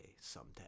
someday